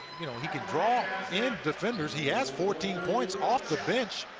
you know he can draw in defenders. he has fourteen points off the bench,